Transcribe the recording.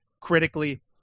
critically